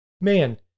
Man